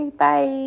bye